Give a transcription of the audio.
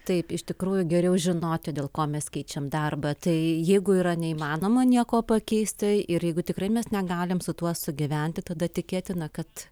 taip iš tikrųjų geriau žinoti dėl ko mes keičiam darbą tai jeigu yra neįmanoma nieko pakeisti ir jeigu tikrai mes negalim su tuo sugyventi tada tikėtina kad